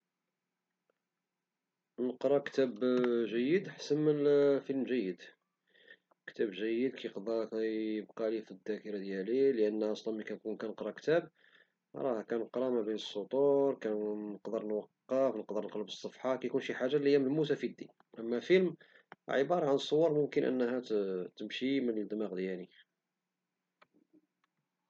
نقرا كتاب جيد أحسن منشوف فيلم جيد، كتاب جيد كيقدر يبقى لي في الذاكرة ديالي لأن أصلا من كنكون كنقرا كتاب راه كنقرا ما بين السطور ونقدر نوقف ونقلب الصفحة، يعني كيكون عندي شي حاجة ملموسة في يدي، أما الفيلم فممكن أنه يمشي من الدماغ ديالي